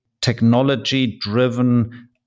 technology-driven